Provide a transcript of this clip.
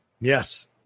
Yes